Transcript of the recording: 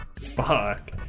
Fuck